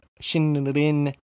shinrin